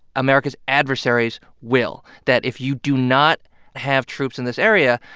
america's adversaries will that if you do not have troops in this area,